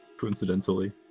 Coincidentally